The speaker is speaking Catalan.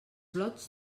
lots